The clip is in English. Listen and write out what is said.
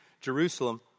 Jerusalem